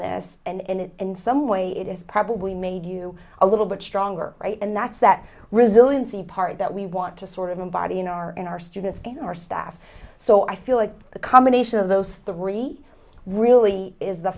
this and in some way it is probably made you a little bit stronger right and that's that resiliency part that we want to sort of embody in our in our students our staff so i feel like the combination of those three really is the